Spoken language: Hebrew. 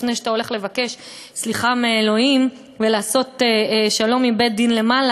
לפני שאתה הולך לבקש סליחה מאלוהים ולעשות שלום עם בית-דין של מעלה,